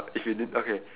if you didn~ okay